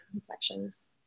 sections